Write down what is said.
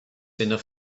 enough